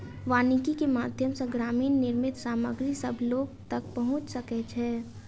वानिकी के माध्यम सॅ ग्रामीण निर्मित सामग्री सभ लोक तक पहुँच सकै छै